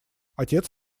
отец